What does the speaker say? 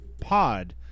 pod